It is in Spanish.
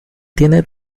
tiene